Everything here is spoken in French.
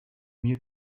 mieux